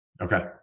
Okay